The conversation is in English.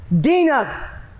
Dina